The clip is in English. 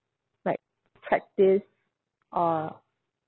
like practice uh